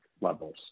levels